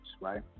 right